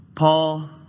Paul